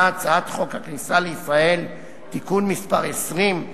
הצעת חוק הכניסה לישראל (תיקון מס' 20)